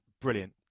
brilliant